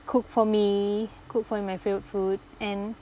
cook for me cook for me my favourite food and